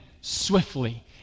swiftly